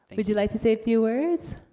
would you like to say a few words?